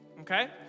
Okay